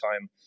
time